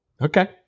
Okay